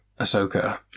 Ahsoka